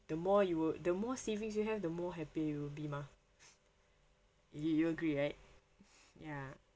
the more you'll the more savings you have the more happy you'll be mah you you agree right ya